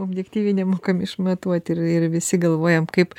objektyviai nemokam išmatuoti ir ir visi galvojam kaip